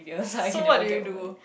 so what did you do